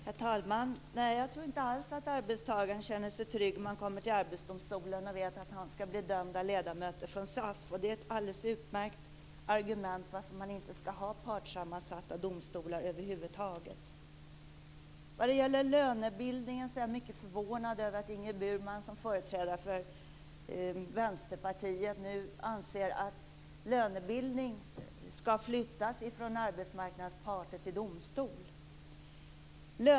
Herr talman! Nej, jag tror inte alls att en arbetstagare känner sig trygg när han eller hon kommer till Arbetsdomstolen och skall bli dömd av ledamöter från SAF. Det är ett alldeles utmärkt argument för varför man inte skall ha partssammansatta domstolar över huvud taget. Vad gäller lönebildningen är jag mycket förvånad över att Ingrid Burman som företrädare för Vänsterpartiet nu anser att den skall flyttas från arbetsmarknadens parter till domstol.